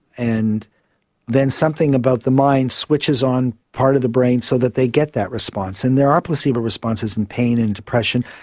and then something about the mind switches on part of the brain so that they get that response. and there are placebo responses in pain and depression.